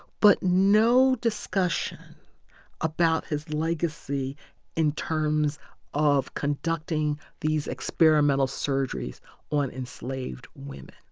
but no discussion about his legacy in terms of conducting these experimental surgeries on enslaved women.